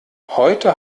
heute